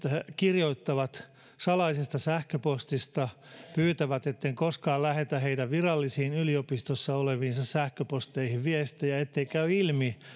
kirjoittavat salaisesta sähköpostista pyytävät etten koskaan lähetä heidän virallisiin yliopistossa oleviin sähköposteihinsa viestejä ettei käy ilmi